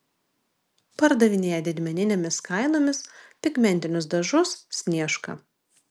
pardavinėja didmeninėmis kainomis pigmentinius dažus sniežka